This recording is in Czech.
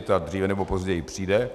Ta dříve nebo později přijde.